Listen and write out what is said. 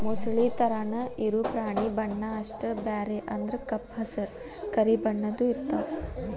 ಮೊಸಳಿ ತರಾನ ಇರು ಪ್ರಾಣಿ ಬಣ್ಣಾ ಅಷ್ಟ ಬ್ಯಾರೆ ಅಂದ್ರ ಕಪ್ಪ ಹಸರ, ಕರಿ ಬಣ್ಣದ್ದು ಇರತಾವ